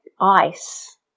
ice